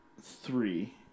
three